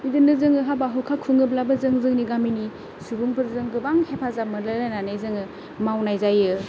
बिदिनो जोङो हाबा हुखा खुङोब्लाबो जों जोंनि गामिनि सुबुंफोरजों गोबां हेफाजाब मोनलायलायनानै जोङो मावनाय जायो